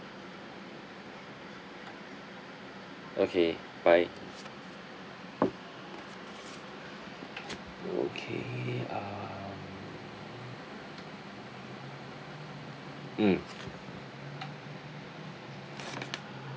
okay bye okay um mm